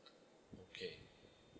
mm okay